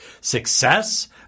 success